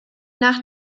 nach